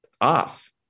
off